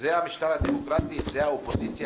זה המשטר הדמוקרטי, זה האופוזיציה.